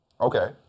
Okay